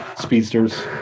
speedsters